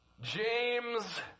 James